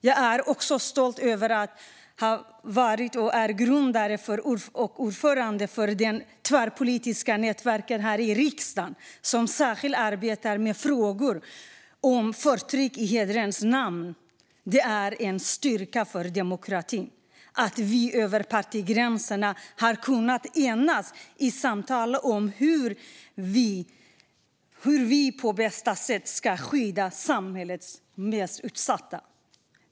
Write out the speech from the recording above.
Jag är också stolt över att ha varit grundare och ordförande för det tvärpolitiska nätverk här i riksdagen som särskilt arbetar med frågor om förtryck i hederns namn. Det är en styrka för demokratin att vi över partigränserna har kunnat enas i samtal om hur vi på bästa sätt ska skydda samhällets mest utsatta.